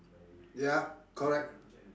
yup correct